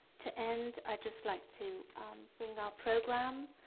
to end, i'd just like to bring our program